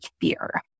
fear